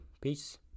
Peace